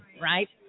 right